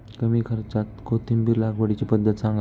कमी खर्च्यात कोथिंबिर लागवडीची पद्धत सांगा